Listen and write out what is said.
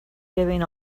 giving